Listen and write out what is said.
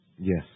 Yes